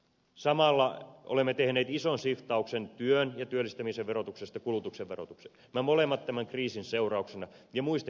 samalla olemme tehneet ison shiftauksen työn ja työllistämisen verotuksesta kulutuksen verotukseen nämä molemmat tämän kriisin seurauksena ja muistakin rakenteellisista syistä